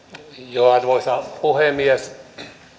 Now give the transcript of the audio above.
arvoisa puhemies